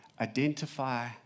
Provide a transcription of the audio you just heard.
identify